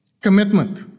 Commitment